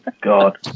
God